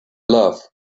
love